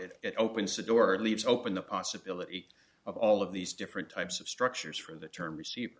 it it opens the door leaves open the possibility of all of these different types of structures for the term receive